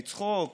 לצחוק,